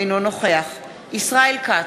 אינו נוכח ישראל כץ,